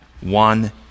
One